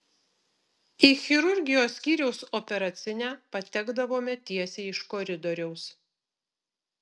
į chirurgijos skyriaus operacinę patekdavome tiesiai iš koridoriaus